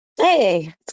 Hey